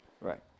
right